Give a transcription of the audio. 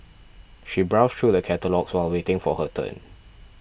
she browsed through the catalogues while waiting for her turn